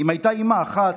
אם הייתה אימא אחת,